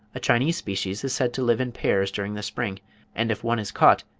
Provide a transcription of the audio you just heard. a chinese species is said to live in pairs during the spring and if one is caught,